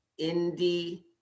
indie